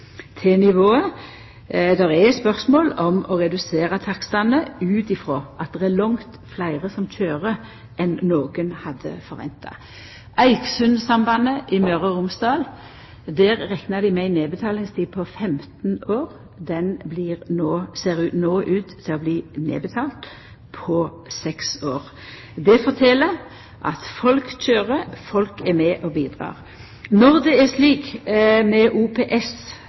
nivået. Det er spørsmål om å redusera takstane ut frå at det er langt fleire som køyrer enn nokon hadde forventa. Når det gjeld Eiksundsambandet i Møre og Romsdal, rekna dei med ei nedbetalingstid på 15 år. Det ser no ut til å bli nedbetalt på seks år. Det fortel at folk køyrer, folk er med og bidreg. Når det er slik med OPS